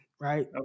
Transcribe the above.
Right